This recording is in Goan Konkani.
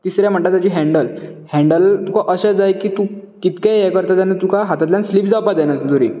तिसरें म्हणटा तेजें हेन्डल हेन्डल तुका अशें जाय की तूं कितकेंय हें करता तेन्ना तुका हातांतल्यान स्लीप जावपाक जायना